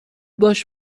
باش